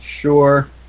Sure